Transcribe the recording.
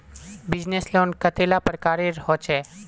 Business loan कतेला प्रकारेर होचे?